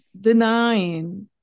denying